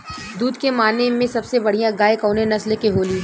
दुध के माने मे सबसे बढ़ियां गाय कवने नस्ल के होली?